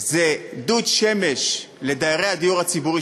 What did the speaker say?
זה דוד שמש לדיירי הדיור הציבורי,